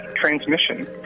transmission